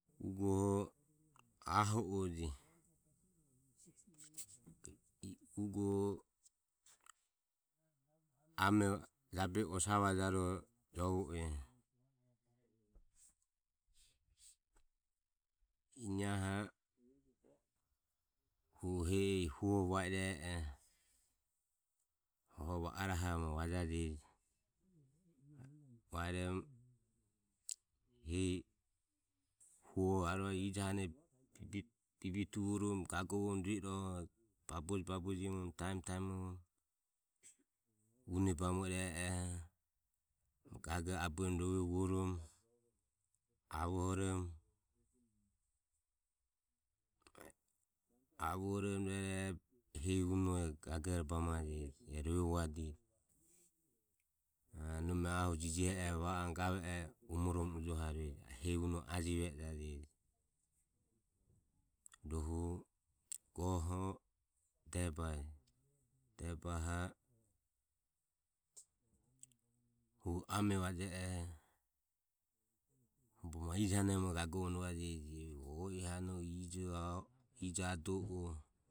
ugoho aho o je. ugoho ame jabehi osae vae jaure joho jovo e. Ineahho hu hehi huoho va ire e oho hu arue va orahore ma vajajeji. vaeromo hehi huoho arue ijohane bibituvoromo gagovoromo rue irohoho babojio babojio moromo taemo taemovoromo un e bamo i e e oho gagore abueromo rove vuoromo avohoromo. avohoromo rueroho hehi unoho e gagore bamajeji e rove vuadire. A nome ahuro jijihe oho va oromo gave oho umoromo ujohauere e hehi unoho ajive e je. Rohu goho debae. debaho hu ame va je oho hu bogo ma ijo hane muoho gagovoromo rovajeje. hu o i hano o ijo ado o